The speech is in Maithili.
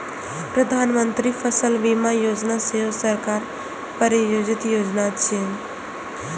प्रधानमंत्री फसल बीमा योजना सेहो सरकार प्रायोजित योजना छियै